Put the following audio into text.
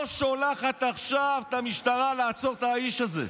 לא שולחת עכשיו את המשטרה לעצור את האיש הזה?